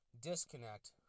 disconnect